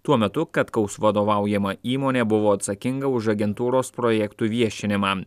tuo metu katkaus vadovaujama įmonė buvo atsakinga už agentūros projektų viešinimą